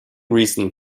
reason